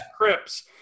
crips